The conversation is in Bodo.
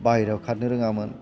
बाहेरायाव खारनो रोङामोन